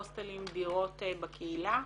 הוסטלים, דירות בקהילה.